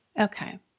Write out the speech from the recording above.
Okay